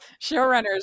Showrunners